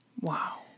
Wow